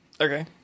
Okay